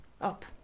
up